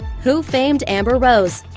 who famed amber rose?